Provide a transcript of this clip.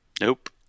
Nope